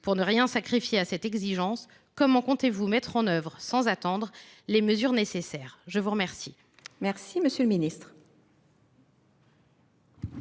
Pour ne rien sacrifier à cette exigence, comment comptez vous mettre en œuvre sans attendre les mesures nécessaires ? La parole est à M. le ministre